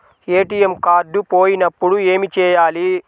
ATM card పోయినప్పుడు ఏమి చేయాలి?